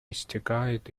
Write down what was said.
истекает